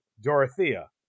Dorothea